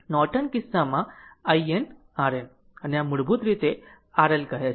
Norton કિસ્સામાં IN RN અને આ મૂળભૂત રીતે R L કહે છે